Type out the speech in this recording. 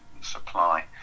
supply